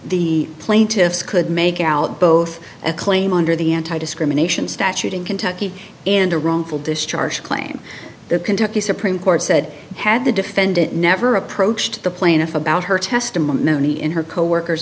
the plaintiffs could make out both a claim under the anti discrimination statute in kentucky and a wrongful discharge claim that kentucky supreme court said had the defendant never approached the plaintiff about her testimony in her coworkers